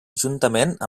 juntament